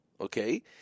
okay